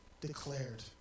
declared